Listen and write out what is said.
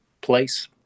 place